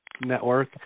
Network